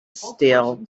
still